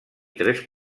tres